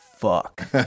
Fuck